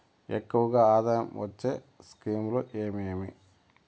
ఎక్కువగా ఆదాయం వచ్చే స్కీమ్ లు ఏమేమీ?